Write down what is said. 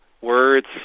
words